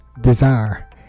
desire